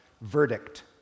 verdict